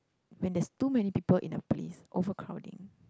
when there's too many people in a place overcrowding